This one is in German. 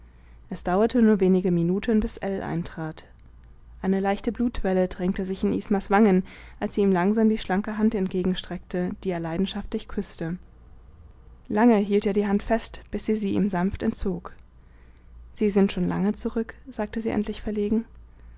es dauerte nur wenige minuten bis ell eintrat eine leichte blutwelle drängte sich in ismas wangen als sie ihm langsam die schlanke hand entgegenstreckte die er leidenschaftlich küßte lange hielt er die hand fest bis sie sie ihm sanft entzog sie sind schon lange zurück sagte sie endlich verlegen